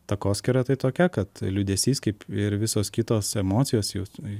takoskyra tai tokia kad liūdesys kaip ir visos kitos emocijos jausmai